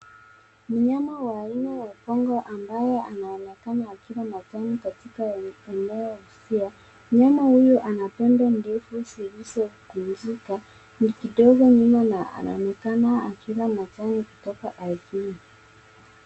Mnyama wa aina ya kongwe ambaye anaonekana akiwa na jani katika eneo husia. Mnyama huyu ana pembe ndefu zilizokunjika ni kidogo nyuma na anaonekana akila majani kutoka ardhini.